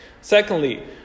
Secondly